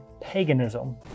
paganism